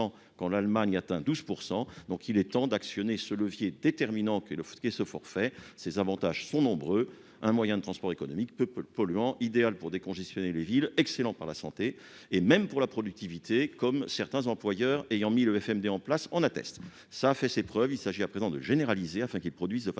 quand l'Allemagne atteint 12 %. Il est donc temps d'actionner ce levier déterminant, dont les avantages sont nombreux : un moyen de transport économique, peu polluant, idéal pour décongestionner les villes, excellent pour la santé, et même pour la productivité- des employeurs ayant mis le FMD en place en attestent. Ce forfait a fait ses preuves. Il s'agit à présent de le généraliser afin qu'il produise de façon